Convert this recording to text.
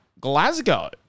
Glasgow